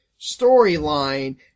storyline